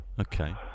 Okay